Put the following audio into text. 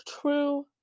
true